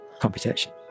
computation